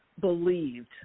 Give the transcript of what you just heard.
believed